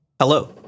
Hello